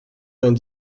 vingt